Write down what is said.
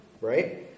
right